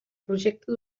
projecte